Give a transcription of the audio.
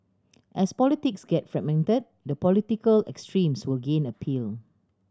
as politics get fragmented the political extremes will gain appeal